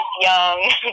young